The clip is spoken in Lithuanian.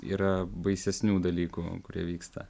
yra baisesnių dalykų kurie vyksta